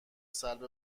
سلب